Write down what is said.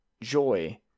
Joy